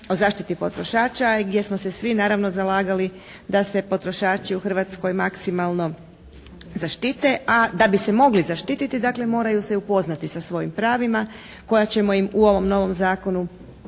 o zaštiti potrošača gdje smo se svi naravno zalagali da se potrošači u Hrvatskoj maksimalno zaštite. A da bi se mogli zaštititi dakle moraju se upoznati sa svojim pravima koja ćemo im u ovom novom zakonu